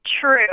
true